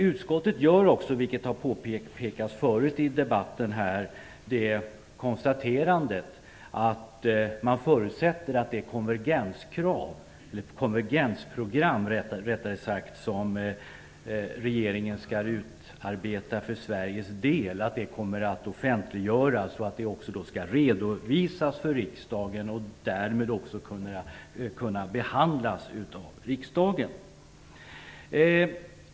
Utskottet förutsätter också, vilket har påpekats förut i debatten, att det konvergensprogram som regeringen skall utarbeta för Sveriges del kommer att offentliggöras. Det skall redovisas för riksdagen, och därmed kan det också behandlas av riksdagen.